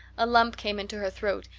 a lump came into her throat,